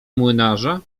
młynarza